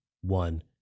one